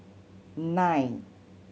nine